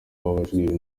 babajijwe